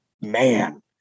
man